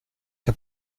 que